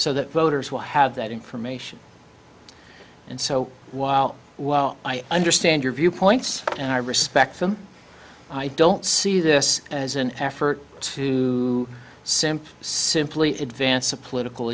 so that voters will have that information and so while i understand your viewpoints and i respect them i don't see this as an effort to simply simply advance a political